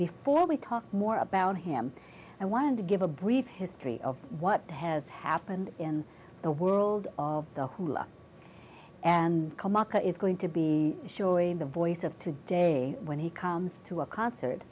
before we talk more about him i wanted to give a brief history of what has happened in the world of and is going to be showing the voice of today when he comes to a concert